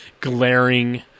glaring